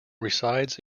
resides